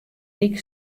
ryk